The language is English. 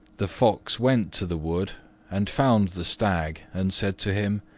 the fox went to the wood and found the stag and said to him,